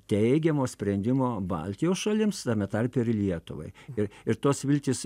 teigiamo sprendimo baltijos šalims tame tarpe ir lietuvai ir ir tos viltys